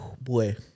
Boy